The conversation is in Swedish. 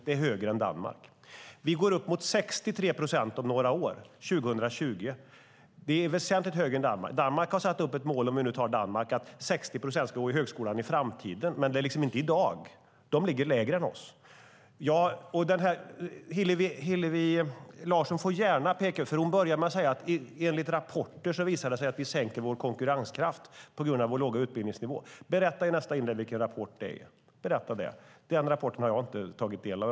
De är högre än i Danmark. Vi går upp mot 63 procent om några år, 2020. Det är väsentligt högre än Danmark. Danmark har satt upp ett mål, om vi nu tar Danmark som exempel, att 60 procent ska studera vid högskolan i framtiden, men det är liksom inte i dag. De ligger lägre än vi. Hillevi Larsson börjar med att säga att det enligt rapporter visar sig att vi sänker vår konkurrenskraft på grund av vår låga utbildningsnivå. Berätta i nästa inlägg vilken rapport det är! Den rapporten har jag inte tagit del av.